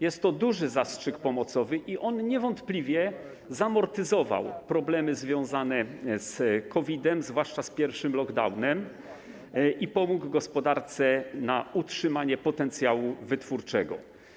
Jest to duży zastrzyk pomocowy i on niewątpliwie zamortyzował problemy związane z COVID-em, zwłaszcza z pierwszym lockdownem, i pomógł gospodarce utrzymać potencjał wytwórczy.